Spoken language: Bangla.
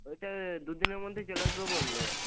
ওইটা দুদিনের মধ্যেই চলে আসবে বললো